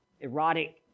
erotic